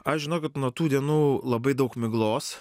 aš žinokit nuo tų dienų labai daug miglos